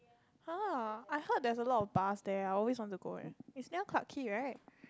[huh] I heard there is lot of bars there I always want to go [eh]is near Clarke-Quay right